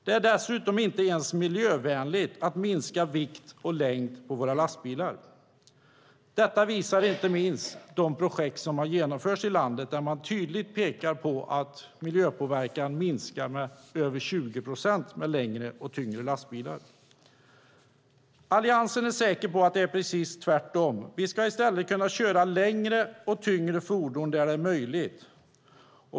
Det är dessutom inte ens miljövänligt att minska vikt och längd på våra lastbilar. Detta visar inte minst de projekt som har genomförts i landet där man tydligt pekar på att miljöpåverkan minskar med över 20 procent med längre och tyngre lastbilar. Alliansen är säker på att det är precis tvärtom. Vi ska i stället kunna köra längre och tyngre fordon där det är möjligt.